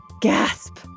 gasp